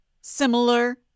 similar